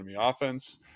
offense